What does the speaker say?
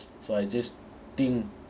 so I just think